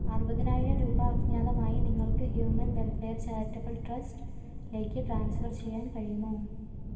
അറുപതിനായിരം രൂപ അജ്ഞാതമായി നിങ്ങൾക്ക് ഹ്യൂമൻ വെൽഫെയർ ചാരിറ്റബിൾ ട്രസ്റ്റ് ലേക്ക് ട്രാൻസ്ഫർ ചെയ്യാൻ കഴിയുമോ